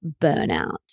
burnout